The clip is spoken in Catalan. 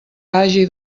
hagi